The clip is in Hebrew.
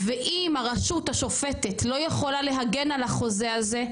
ואם הרשות השופטת לא יכולה להגן על החוזה הזה,